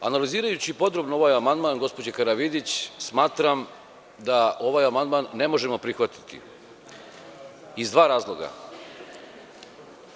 Analizirajući podrobno ovaj amandman gospođe Karavidić smatram da ovaj amandman ne možemo prihvatiti iz dva razloga.